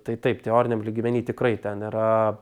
tai taip teoriniam lygmeny tikrai ten yra